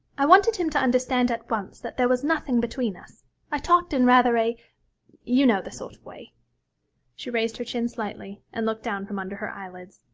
i wanted him to understand at once that there was nothing between us i talked in rather a you know the sort of way she raised her chin slightly, and looked down from under her eyelids.